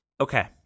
Okay